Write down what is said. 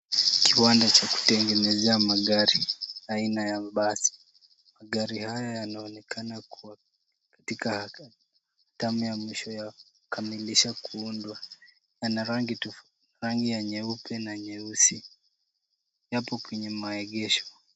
Kiwanda cha kutengenezea magari aina ya basi. Magari haya yanaonekana kuwa katika hatamu ya mwisho ya kukamilisha kuundwa. Yana rangi tofauti ya nyeupe na nyeusi. Yapo kwenye maegesho.